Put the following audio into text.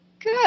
Good